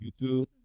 YouTube